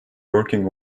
working